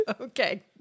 Okay